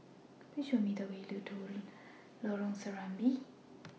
Please Show Me The Way to Lorong Serambi